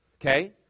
okay